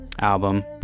album